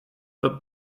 but